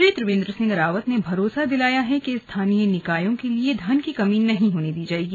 मुख्यमंत्री त्रियेन्द्र सिंह रावत ने भरोसा दिलाया है कि स्थानीय निकायों के लिए धन की कमी नहीं होने दी जायेगी